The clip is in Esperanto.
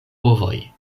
ovoj